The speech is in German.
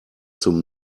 zum